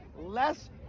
less